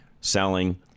Selling